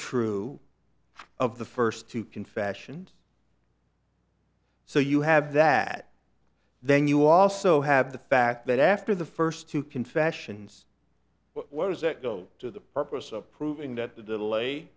true of the first two confessions so you have that then you also have the fact that after the first two confessions what does it go to the purpose of proving that the